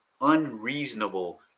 unreasonable